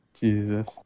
Jesus